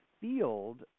field